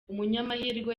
umunyamahirwe